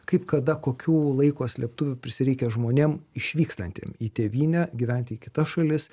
kaip kada kokių laiko slėptuvių prisireikia žmonėm išvykstantiem į tėvynę gyventi į kitas šalis